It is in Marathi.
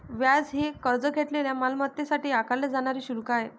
व्याज हे कर्ज घेतलेल्या मालमत्तेसाठी आकारले जाणारे शुल्क आहे